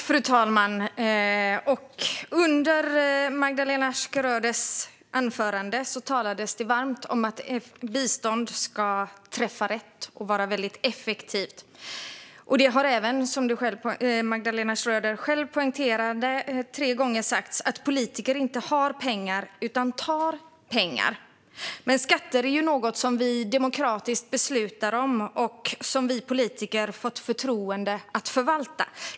Fru talman! Magdalena Schröder talade i sitt anförande varmt om att bistånd ska träffa rätt och vara väldigt effektivt. Som Magdalena Schröder själv poängterade har det tre gånger sagts att politiker inte har pengar utan tar pengar. Men skatter är något som vi demokratiskt beslutar om och som vi politiker fått förtroende att förvalta.